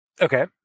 okay